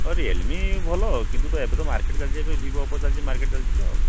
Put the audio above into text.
ହଁ ରିୟଲମି ଭଲ କିନ୍ତୁ ତ ଏବେ ତ ମାର୍କେଟ ଚାଲିଛି ଏବେ ଭିଭୋ ଅପୋ ଚାଲିଛି ମାର୍କେଟ ଚାଲିଛି